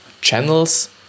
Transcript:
channels